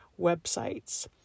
websites